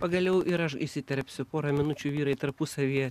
pagaliau ir aš įsiterpsiu porą minučių vyrai tarpusavyje